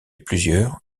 plusieurs